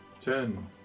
Ten